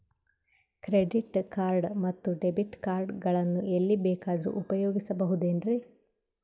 Credit card ಮತ್ತು debit card ಗಳನ್ನು ಎಲ್ಲಿ ಬೇಕಾದ್ರು ಉಪಯೋಗಿಸಬಹುದೇನ್ರಿ?